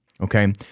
Okay